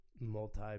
multi